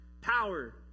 power